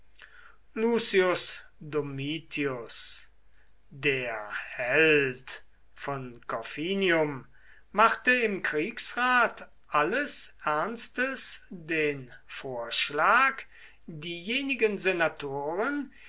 domitius der held von corfinium machte im kriegsrat alles ernstes den vorschlag diejenigen senatoren